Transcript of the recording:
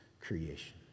creation